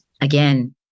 again